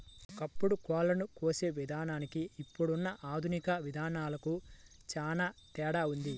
ఒకప్పుడు కోళ్ళను కోసే విధానానికి ఇప్పుడున్న ఆధునిక విధానాలకు చానా తేడా ఉంది